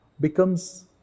becomes